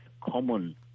common